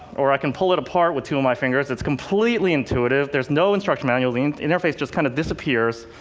or i can pull it apart with two of my fingers. it's completely intuitive there's no instruction manual. the and interface just kind of disappears.